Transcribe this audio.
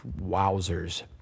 Wowzers